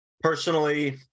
Personally